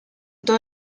todo